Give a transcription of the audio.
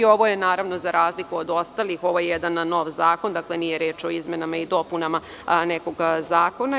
Ovo je za razliku od ostalih, ovo je jedan nov zakon, dakle, nije reč o izmenama i dopunama nekog zakona.